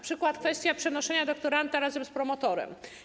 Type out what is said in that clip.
Przykład to kwestia przenoszenia doktoranta razem z promotorem.